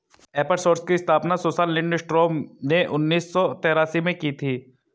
एपर सोर्स की स्थापना सुसान लिंडस्ट्रॉम ने उन्नीस सौ तेरासी में की थी